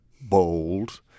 bold